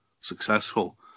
successful